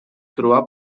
trobar